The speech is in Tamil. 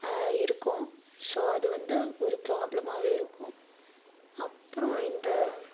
இருக்கும் ஸோ அது வந்து ஒரு ப்ராப்ளமாகவே இருக்கும் அப்புறோம் இந்த